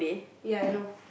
ya I know